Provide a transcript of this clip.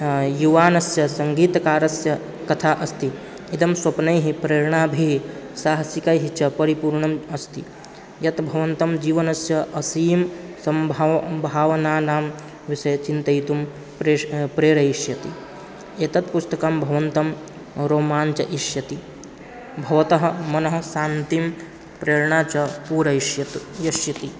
युवानस्य सङ्गीतकारस्य कथा अस्ति इदं स्वप्नैः प्रेरणाभिः साहसिकैः च परिपूर्णम् अस्ति यत् भवन्तं जीवनस्य आशीं सम्भाव्य भावनानां विषये चिन्तयितुं प्रेश् प्रेरयिष्यति एतत् पुस्तकं भवन्तं रोमाञ्चयिष्यति भवतः मनः शान्तिं प्रेरणा च पूरयिष्यत् इष्यति